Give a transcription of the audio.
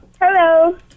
Hello